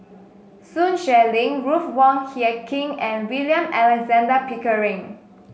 Sun Xueling Ruth Wong Hie King and William Alexander Pickering